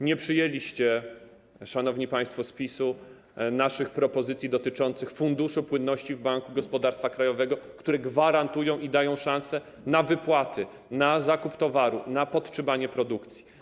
Nie przyjęliście, szanowni państwo z PiS-u, naszych propozycji dotyczących funduszu płynności w Banku Gospodarstwa Krajowego, które gwarantują, dają szansę na wypłaty, zakup towaru i podtrzymanie produkcji.